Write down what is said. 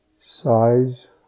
size